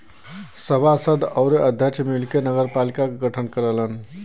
सभासद आउर अध्यक्ष मिलके नगरपालिका क गठन करलन